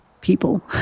people